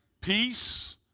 Peace